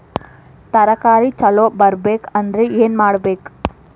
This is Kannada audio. ತರಕಾರಿ ಛಲೋ ಬರ್ಬೆಕ್ ಅಂದ್ರ್ ಏನು ಮಾಡ್ಬೇಕ್?